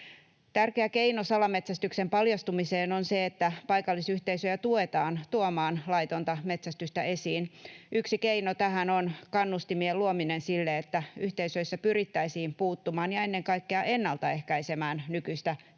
Tärkeä keino salametsästyksen paljastumiseen on se, että paikallisyhteisöjä tuetaan tuomaan laitonta metsästystä esiin. Yksi keino tähän on kannustimien luominen sille, että yhteisöissä pyrittäisiin puuttumaan salametsästykseen ja ennen kaikkea ennalta ehkäisemään sitä nykyistä